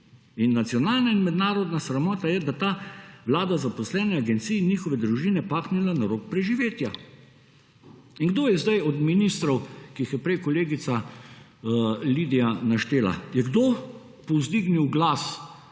(nadaljevanje) sramota je, da ta vlada zaposlene na agenciji, njihove družine pahnila na rob preživetja. In kdo je sedaj od ministrov, ki jih je prej kolegica Lidija naštela, je kdo povzdignil glas